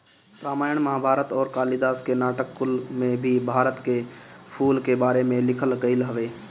रामायण महाभारत अउरी कालिदास के नाटक कुल में भी भारत के फूल के बारे में लिखल गईल हवे